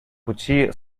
пути